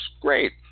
great